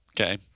Okay